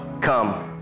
Come